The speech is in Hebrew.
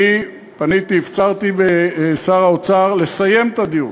פניתי, הפצרתי בשר האוצר לסיים את הדיון,